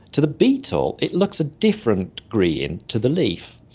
to the beetle it looks a different green to the leaf.